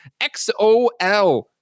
XOL